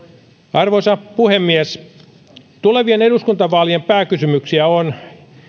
arvoisa puhemies tulevien eduskuntavaalien pääkysymyksiä on